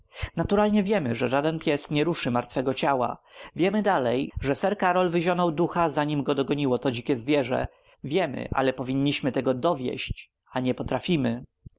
naturalnie wiemy że żaden pies nie ruszy martwego ciała wiemy dalej że sir karol wyzionął ducha zanim go dogoniło to dzikie zwierzę wiemy ale powinniśmy tego dowieść a nie potrafimy